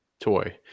toy